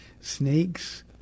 snakes